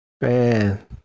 man